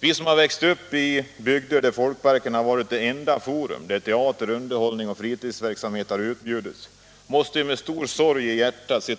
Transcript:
Vi som har växt upp i bygder där folkparkerna varit det enda forum för teater, underhållning och fritidsverksamhet måste med stor sorg se